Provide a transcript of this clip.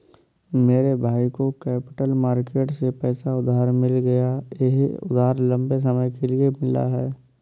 मेरे भाई को कैपिटल मार्केट से पैसा उधार मिल गया यह उधार लम्बे समय के लिए मिला है